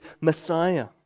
Messiah